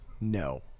no